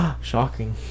Shocking